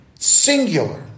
Singular